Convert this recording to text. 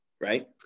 right